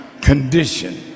condition